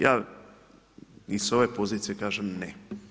Ja i s ove pozicije kažem ne.